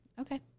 Okay